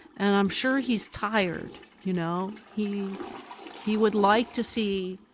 and i'm sure he's tired. you know he he would like to see